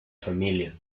familia